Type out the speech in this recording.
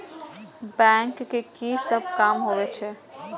Bank के की सब काम होवे छे?